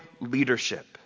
leadership